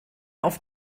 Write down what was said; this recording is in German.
auf